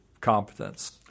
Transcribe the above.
competence